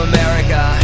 America